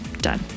done